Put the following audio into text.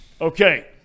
Okay